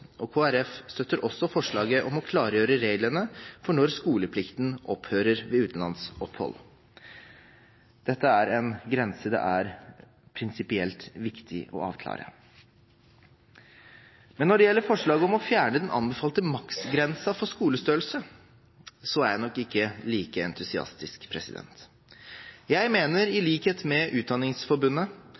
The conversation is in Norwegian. Kristelig Folkeparti støtter også forslaget om å klargjøre reglene for når skoleplikten opphører ved utenlandsopphold. Dette er en grense det er prinsipielt viktig å avklare. Men når det gjelder forslaget om å fjerne den anbefalte maksgrensen for skolestørrelse, er jeg nok ikke like entusiastisk. Jeg mener, i likhet med Utdanningsforbundet,